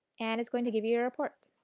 and it's going to give you your report.